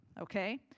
okay